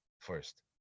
first